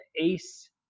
ace